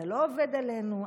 אתה לא עובד עלינו,